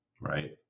Right